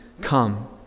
come